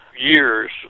years